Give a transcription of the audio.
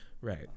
right